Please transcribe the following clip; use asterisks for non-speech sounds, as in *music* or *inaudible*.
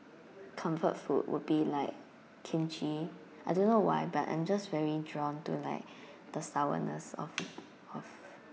comfort food would be like kimchi I don't know why but I'm just very drawn to like *breath* the sourness of of